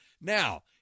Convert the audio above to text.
Now